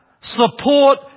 support